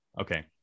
Okay